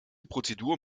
prozedur